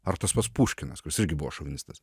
ar tas pats puškinas kuris irgi buvo šovinistas